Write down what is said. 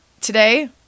Today